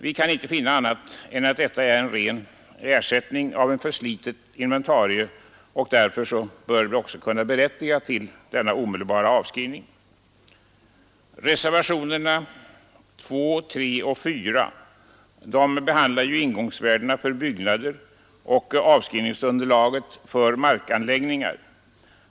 Vi kan inte finna annat än att detta är en ren ersättning av ett förslitet inventarium och därför bör kunna berättiga till omedelbar avskrivning. Reservationerna 2, 3 och 4 behandlar ingångsvärde för byggnader och avskrivningsunderlaget för markanläggningar.